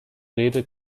rede